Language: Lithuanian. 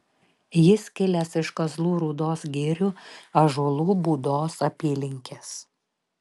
jis kilęs iš kazlų rūdos girių ąžuolų būdos apylinkės